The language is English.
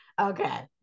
Okay